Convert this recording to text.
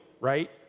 right